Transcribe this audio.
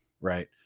Right